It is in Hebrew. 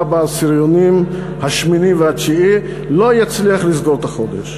בעשירונים השמיני והתשיעי לא יצליחו לסגור את החודש.